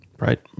Right